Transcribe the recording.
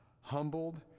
humbled